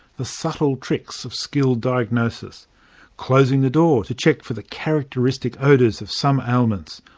the subtle tricks of skilled diagnosis closing the door to check for the characteristic odours of some ailments,